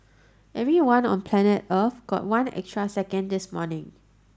everyone on planet Earth got one extra second this morning